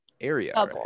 area